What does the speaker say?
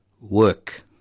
work